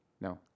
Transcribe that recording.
No